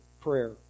prayer